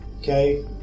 Okay